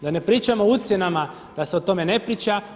Da ne pričam o ucjenama da se od tome ne priča.